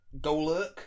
Golurk